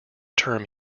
term